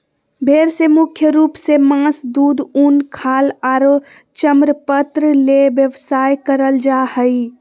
भेड़ से मुख्य रूप से मास, दूध, उन, खाल आरो चर्मपत्र ले व्यवसाय करल जा हई